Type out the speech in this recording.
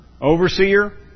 Overseer